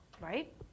right